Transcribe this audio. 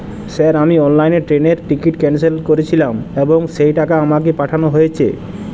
Sir আমি অনলাইনে ট্রেনের টিকিট ক্যানসেল করেছিলাম এবং সেই টাকা আমাকে পাঠানো হয়েছে?